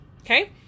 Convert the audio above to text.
Okay